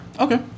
Okay